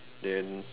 then